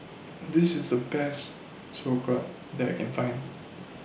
This IS The Best Sauerkraut that I Can Find